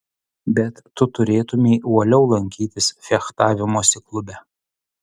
bet tu turėtumei uoliau lankytis fechtavimosi klube